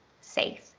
safe